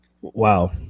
Wow